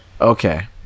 Okay